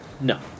No